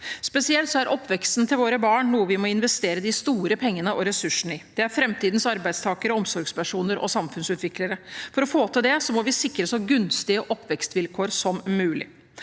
Spesielt oppveksten til våre barn er noe vi må investere de store pengene og ressursene i. Barn er framtidens arbeidstakere, omsorgspersoner og samfunnsutviklere. For å få til det må vi sikre så gunstige oppvekstmiljø som mulig.